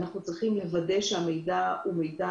אנחנו צריכים לוודא שהמידע הוא מידע